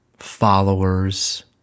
followers